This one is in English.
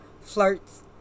flirts